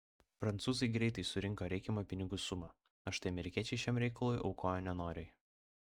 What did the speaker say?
prancūzai greitai surinko reikiamą pinigų sumą o štai amerikiečiai šiam reikalui aukojo nenoriai